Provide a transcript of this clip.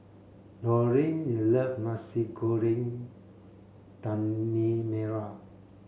Laureen love Nasi Goreng Daging Merah